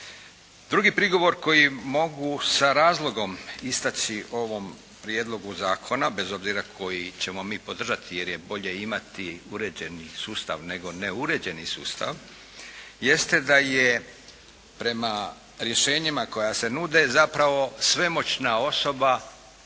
Drugi prigovor koji mogu sa razlogom istaći u ovom prijedlogu zakona, bez obzira koji ćemo mi podržati, jer je bolje imati uređeni sustav nego neuređeni sustav, jeste da je prema rješenjima koja se nude zapravo svemoćna osoba